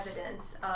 evidence